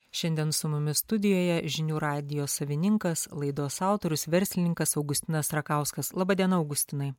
šiandien su mumis studijoje žinių radijo savininkas laidos autorius verslininkas augustinas rakauskas laba diena augustinai